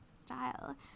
style